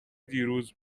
دیروز